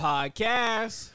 Podcast